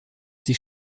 sich